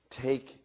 take